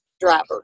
driver